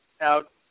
out